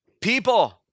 people